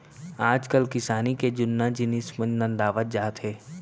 आजकाल किसानी के जुन्ना जिनिस मन नंदावत जात हें